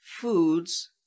foods